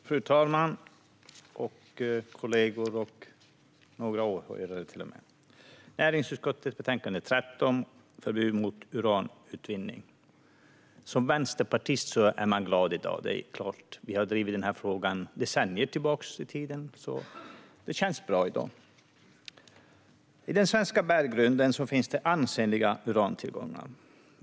Fru talman, kollegor och åhörare! Vi debatterar nu Näringsutskottets betänkande 13 Förbud mot utvinning av uran . Som vänsterpartist är man glad i dag. Vi har drivit denna fråga sedan decennier, så det känns bra i dag. I den svenska berggrunden finns det ansenliga urantillgångar.